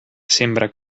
sembra